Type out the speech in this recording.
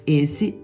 esse